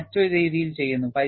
അത് മറ്റൊരു രീതിയിൽ ചെയ്യുന്നു